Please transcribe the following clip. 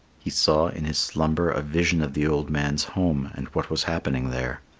he saw in his slumber a vision of the old man's home and what was happening there.